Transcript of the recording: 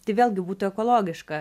tai vėlgi būtų ekologiška